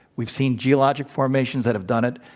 we've seen geologic formations that have done it.